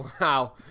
Wow